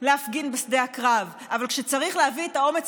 להפגין בשדה הקרב אבל כשצריך להביא את האומץ